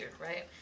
right